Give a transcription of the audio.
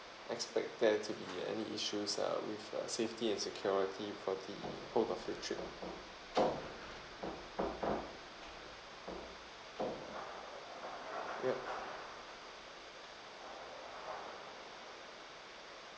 expect there to be any issues uh with uh safety and security for the both of your trip ya